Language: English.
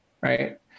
right